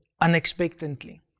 unexpectedly